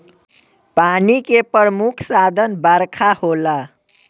पानी के प्रमुख साधन बरखा होला